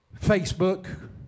Facebook